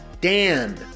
Dan